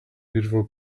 beautiful